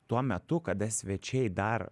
tuo metu kada svečiai dar